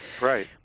Right